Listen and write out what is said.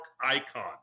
icon